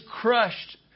crushed